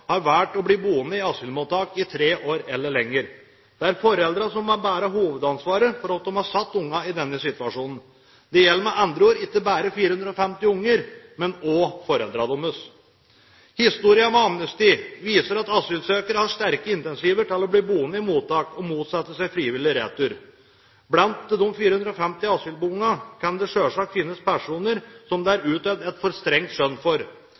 har valgt å bli boende i asylmottak i tre år eller lenger. Det er foreldrene som må bære hovedansvaret for at de har satt ungene i denne situasjonen. Det gjelder, med andre ord, ikke bare 450 unger, men også foreldrene deres. Historien med amnesti viser at asylsøkere har sterke incentiver til å bli boende i mottak og motsette seg frivillig retur. Blant de 450 asylungene kan det selvsagt finnes personer som det er utført et for strengt skjønn